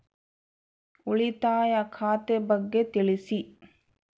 ಉಳಿತಾಯ ಖಾತೆ ಬಗ್ಗೆ ತಿಳಿಸಿ?